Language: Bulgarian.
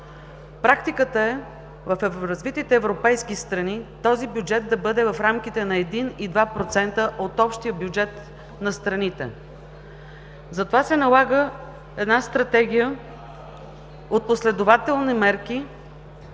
Практиката е в развитите европейски страни този бюджет да бъде в рамките на един и два процента от общия бюджет на страните. Затова се налага една стратегия от последователни мерки